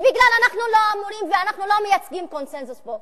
ובגלל שאנחנו לא אמורים ואנחנו לא מייצגים קונסנזוס פה.